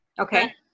okay